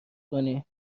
کنیم